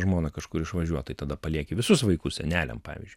žmona kažkur išvažiuot tai tada palieki visus vaikus seneliam pavyzdžiui